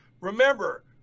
remember